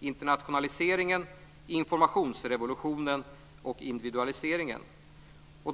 internationaliseringen, informationsrevolutionen och individualiseringen.